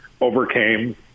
overcame